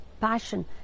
passion